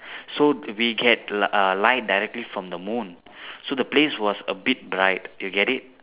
so we get err light directly from the moon so the place was a bit bright you get it